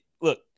look